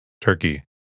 Turkey